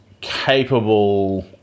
capable